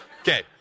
Okay